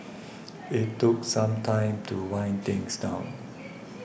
it took some time to wind things down